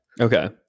okay